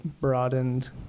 broadened